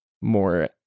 more